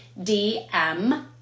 DM